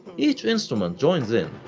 each instrument joins in,